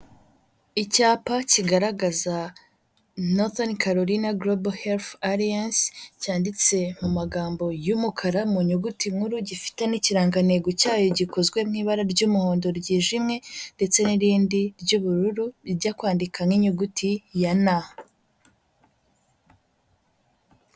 Icyapa kigaragaza Nothen Caroline global health alliance cyanditse mu magambo y'umukara mu nyuguti nkuru, gifite n'ikirangantego cyayo gikozwe mu ibara ry'umuhondo ryijimye ndetse n'irindi ry'ubururu rijya kwandika nk'inyuguti ya na.